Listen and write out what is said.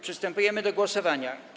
Przystępujemy do głosowania.